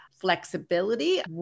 flexibility